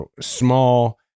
small